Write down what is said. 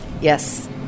Yes